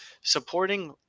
supporting